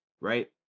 right